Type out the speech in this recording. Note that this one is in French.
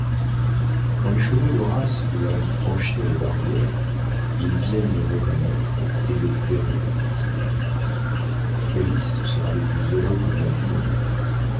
quand les chevaux de race doivent franchir les barrières ils viennent les reconnaître et les flairer dit-il calyste sera le plus heureux coquin du monde